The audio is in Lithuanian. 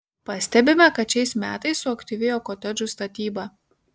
pastebime kad šiais metais suaktyvėjo kotedžų statyba